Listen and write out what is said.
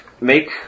make